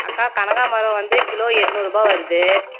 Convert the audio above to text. அக்கா கனகாம்ரம் வந்து கிலோ எட்நூறுரூபா வருது